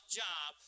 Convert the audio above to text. job